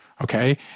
okay